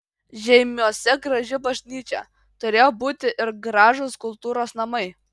žeimiuose graži bažnyčia turėjo būti ir gražūs kultūros namai